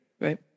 right